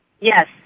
Yes